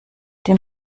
dem